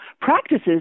practices